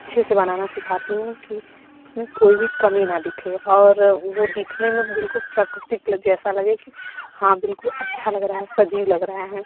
अच्छे से बनाना सिखाती हूँ कि उसमें कोई भी कमी ना दिखे और वो दिखने में बिल्कुल प्राकृतिक लग जैसा लगे कि हाँ बिलकुल अच्छा लग रहा है सजीव लग रहा है